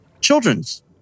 children's